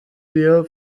wir